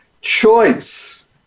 Choice